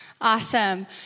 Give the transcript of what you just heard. Awesome